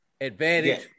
Advantage